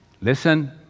listen